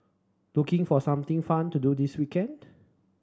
looking for something fun to do this weekend